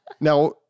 Now